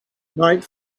night